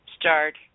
Start